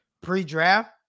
pre-draft